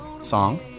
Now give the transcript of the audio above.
song